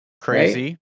Crazy